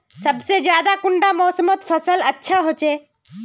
सबसे ज्यादा कुंडा मोसमोत फसल अच्छा होचे?